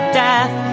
death